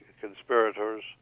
conspirators